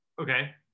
Okay